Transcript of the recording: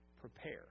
Prepare